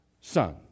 son